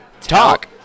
Talk